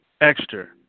Extra